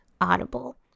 Audible